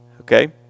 okay